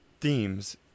themes